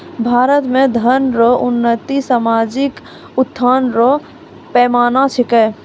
भारत मे धन रो उन्नति सामाजिक उत्थान रो पैमाना छिकै